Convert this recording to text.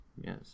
Yes